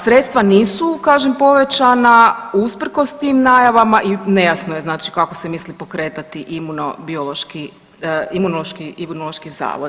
Sredstva nisu kažem povećana usprkos tim najavama i nejasno je znači kako se misli pokretati Imunološki, imunološki zavod.